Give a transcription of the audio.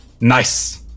nice